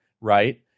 right